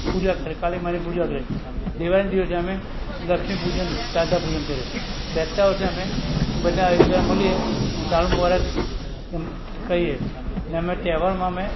પૂજા કરીએ કાલી માની પૂજા કરીએ દિવાળીન દિવસે અમે લક્ષ્મી પૂજન શારદા પૂજન કરીએ બેસતાં વર્ષે અમે બધા એક બીજાને મળીએ ને સાલ મુબારક કહીએ ને અમે તહેવારમાં અમે